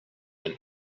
than